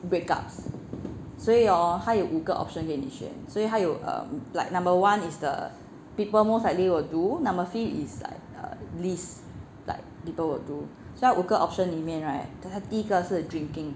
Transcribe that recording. breakups 所以 hor 他有五个 option 给你选所以他有 um like number one is the people most likely will do number fifth is like err least like people will do 所以他五个 option 里面 right 他第一个是 drinking